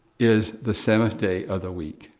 is the seventh day of the week.